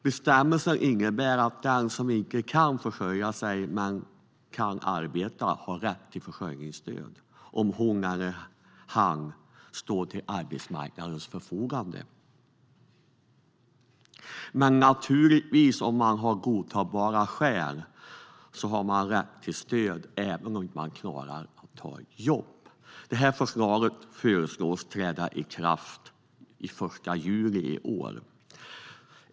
Bestämmelsen innebär att den som inte kan försörja sig men kan arbeta har rätt till försörjningsstöd om hon eller han står till arbetsmarknadens förfogande. Men om man har godtagbara skäl har man naturligtvis rätt till stöd även om man inte klarar av att ta ett jobb. Det föreslås att detta träder i kraft den 1 juli i år.